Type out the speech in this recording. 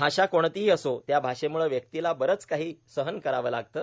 भाषा कोणतीही असो त्या भाषेम्रळं व्यक्तीला बरचं काही सहन करावं लागतं